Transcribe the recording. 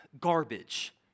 garbage